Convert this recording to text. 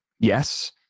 Yes